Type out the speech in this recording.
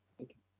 thank you.